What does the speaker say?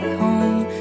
home